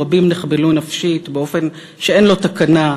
רבים נחבלו נפשית באופן שאין לו תקנה,